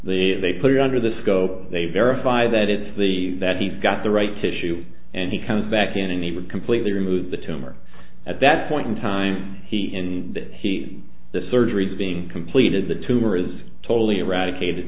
the they put it under the scope they verify that it's the that he's got the right to shoot and he comes back in and they would completely remove the tumor at that point in time he in he the surgeries being completed the tumor is totally eradicated